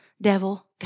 devil